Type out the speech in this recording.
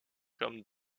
comme